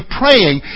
praying